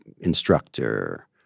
instructor